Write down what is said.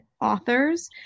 authors